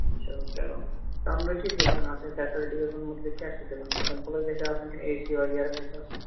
چلو ترٛےٚ روٗم کَمرٕ کِتھ گژھَن آسٕنۍ فیسلٹِیٖزَن مُتعلِق کیٛاہ چھُو تُہۍ وَنان سِمپٕلے گژھِے آسُن کِنہٕ اے سی وغیرہ گژھِ آسُن